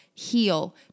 heal